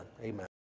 Amen